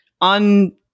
on